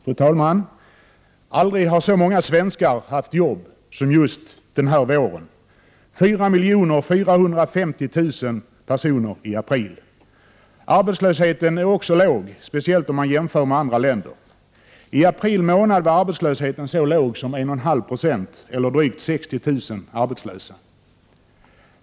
Fru talman! Aldrig har så många svenskar haft jobb som just den här våren —-4 450 000 personer i april. Arbetslösheten är också låg, speciellt om man jämför med andra länder. I april månad var arbetslösheten så låg som 11/2 96; det innebär drygt 60 000 arbetslösa.